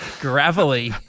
gravelly